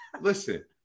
Listen